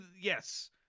yes